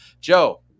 Joe